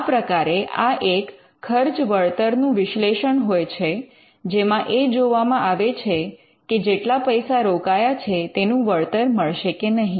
આ પ્રકારે આ એક ખર્ચ વળતરનું વિશ્લેષણ હોય છે જેમાં એ જોવામાં આવે છે કે જેટલા પૈસા રોકાયા છે તેનું વળતર મળશે કે નહીં